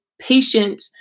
patient